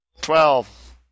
Twelve